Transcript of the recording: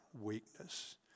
weakness